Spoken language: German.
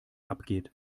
abgeht